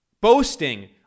Boasting